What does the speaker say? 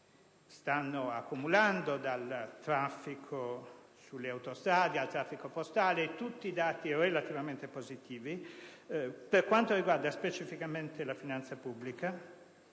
stanno accumulando, dal traffico sulle autostrade a quello postale: tutti dati relativamente positivi. Per quanto riguarda specificatamente la finanza pubblica,